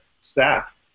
staff